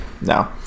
No